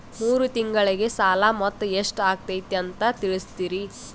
ಮೂರು ತಿಂಗಳಗೆ ಸಾಲ ಮೊತ್ತ ಎಷ್ಟು ಆಗೈತಿ ಅಂತ ತಿಳಸತಿರಿ?